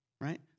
Right